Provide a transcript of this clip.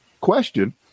question